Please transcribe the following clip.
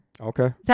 Okay